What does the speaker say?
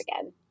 again